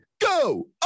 go